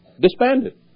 disbanded